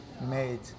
made